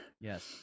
Yes